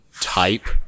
type